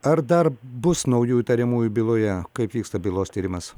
ar dar bus naujų įtariamųjų byloje kaip vyksta bylos tyrimas